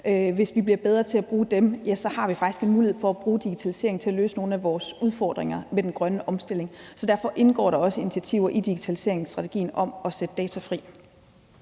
Hvis vi bliver bedre til at bruge dem, har vi faktisk en mulighed for at bruge digitaliseringen til at løse nogle af vores udfordringer med den grønne omstilling. Så derfor indgår der også initiativer i digitaliseringsstrategien om at sætte data fri.